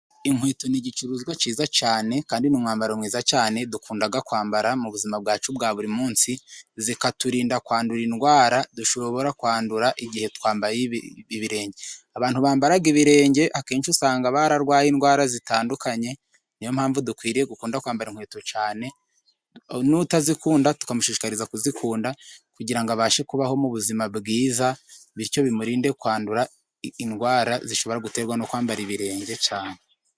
Inkweto ni igicuruzwa cyiza cyane, kandi ni umwambaro mwiza cyane dukunda kwambara mu buzima bwacu bwa buri munsi, zikaturinda kwandura indwara dushobora kwandura, igihe twambaye ibirenge. Abantu bambara ibirenge akenshi usanga bararwaye indwara zitandukanye. Niyo mpamvu dukwiriye gukunda kwambara inkweto cyane, n'utazikunda tukamushishikariza kuzikunda, kugira ngo abashe kubaho mu buzima bwiza. Bityo bimurinde kwandura indwara zishobora guterwa no kwambara ibirenge cyane.